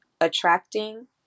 attracting